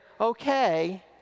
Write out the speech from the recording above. okay